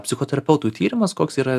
psichoterapeutų tyrimas koks yra